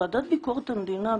ועדת ביקורת המדינה,